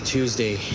Tuesday